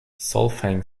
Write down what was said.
solfaing